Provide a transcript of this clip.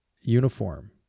uniform